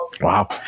Wow